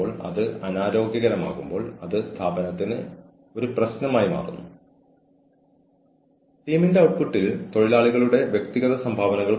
ദേഷ്യം വരാൻ സാധ്യതയുള്ള ഇടത്താണ് നമ്മൾ ഇത് ചെയ്യുന്നതെന്ന് ആ വ്യക്തി തിരിച്ചറിയുന്ന നിമിഷം കൂടുതൽ അച്ചടക്കത്തിന്റെ ആവശ്യകത ഇല്ലാതാക്കാം